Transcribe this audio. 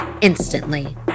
instantly